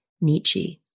Nietzsche